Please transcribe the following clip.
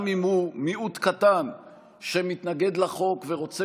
גם אם הוא מיעוט קטן שמתנגד לחוק ורוצה